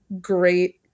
great